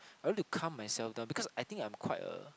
I want to calm myself down because I think I'm quite a